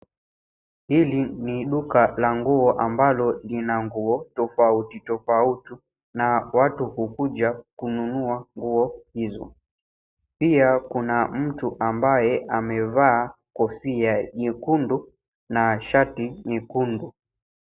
Hili ni duka la nguo ambalo lina nguo tofauti tofauti na watu hukuja kununua nguo hizo. Pia kuna mtu ambaye amevaa kofia nyekundu na shati nyekundu.